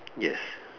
yes